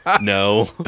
no